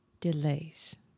delays